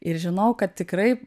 ir žinojau kad tikrai